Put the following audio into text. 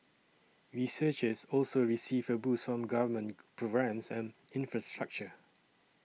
researchers also received a boost from government programmes and infrastructure